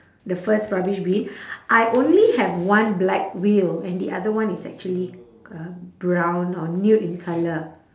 the first rubbish bin I only have one black wheel and the other one is actually uh brown or nude in colour